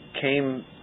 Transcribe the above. came